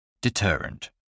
Deterrent